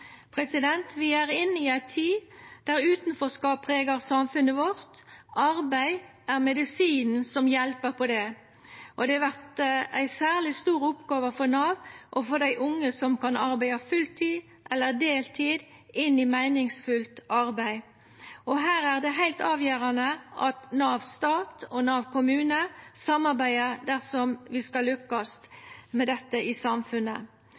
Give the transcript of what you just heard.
Vi er inne i ei tid der utanforskap pregar samfunnet vårt. Arbeid er medisinen som hjelper på det, og det vert ei særleg stor oppgåve for Nav å få dei unge som kan arbeida fulltid eller deltid, inn i meiningsfylt arbeid. Her er det heilt avgjerande at Nav stat og Nav kommune samarbeider dersom vi skal lukkast med dette i samfunnet.